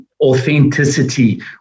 Authenticity